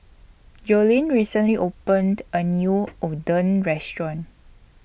Joleen recently opened A New Oden Restaurant